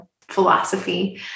philosophy